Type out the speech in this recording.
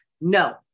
No